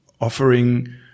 offering